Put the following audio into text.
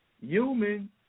human